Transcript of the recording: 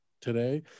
today